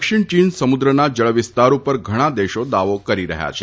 દક્ષિણ ચીન સમુદ્રના જળવિસ્તાર પર ઘણા દેશો દાવો કરી રહ્યા છે